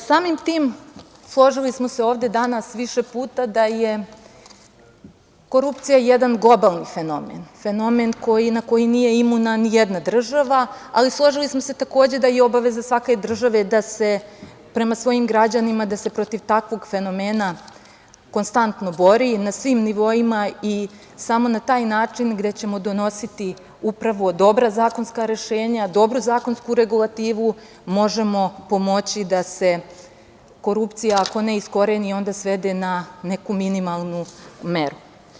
Složili smo se ovde danas više puta da je korupcija jedan globalni fenomen, fenomen na koji nije imuna ni jedna država, ali složili smo se takođe da je obaveza svake države prema svojim građanima da se protiv takvog fenomena konstantno bori, na svim nivoima i samo na taj način gde ćemo donositi upravo dobra zakonska rešenja, dobru zakonsku regulativu i samo tako možemo pomoći da se korupcija ako ne iskoreni, onda svede na neku minimalnu meru.